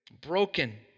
Broken